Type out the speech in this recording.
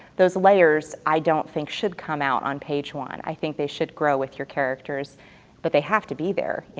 those layers, i don't think should come out on page one. i think they should grow with your characters but they have to be there,